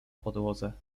podłodze